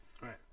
right